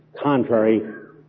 contrary